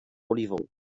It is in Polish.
oliwą